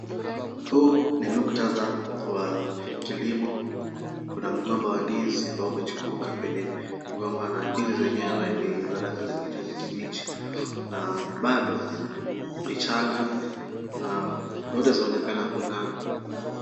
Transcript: Huu ni muktadha wa kilimo. Kuna mgomba wa ndizi ambao umechipuka kwenye ng'omba na ndizi zenyewe ni za rangi za kijani kibichi. Na bado ni changa, na wote zinaonekana kung'aa.